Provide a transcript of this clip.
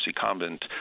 Convent